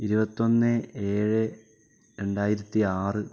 ഇരുപത്തൊന്ന് ഏഴ് രണ്ടായിരത്തി ആറ്